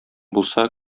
булса